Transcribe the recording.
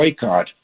boycott